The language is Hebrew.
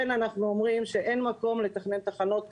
אנחנו מדברים על אזור שכבר היום יש בו חריגות של איכות